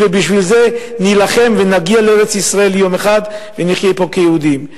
ובשביל זה נילחם ונגיע לארץ-ישראל יום אחד ונחיה פה כיהודים.